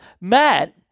Matt